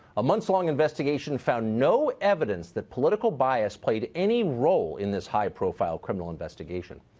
a month's long investigation found no evidence that political bias played any role in this high profile criminal investigation.